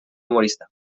humorista